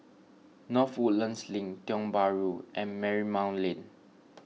North Woodlands Link Tiong Bahru and Marymount Lane